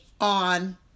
on